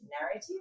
narrative